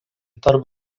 tarp